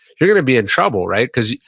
you're going to be in trouble, right? because,